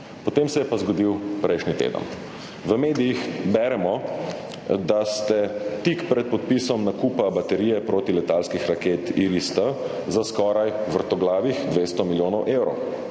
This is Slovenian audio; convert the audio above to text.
Potem se je pa zgodil prejšnji teden. V medijih beremo, da ste tik pred podpisom nakupa baterije proti letalskih raket IRIS-T za skoraj vrtoglavih 200 milijonov evrov.